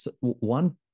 one